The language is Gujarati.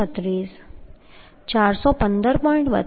36 415